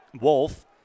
Wolf